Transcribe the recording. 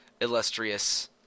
Illustrious